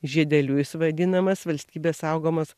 žiedeliu jis vadinamas valstybės saugomas